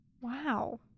Wow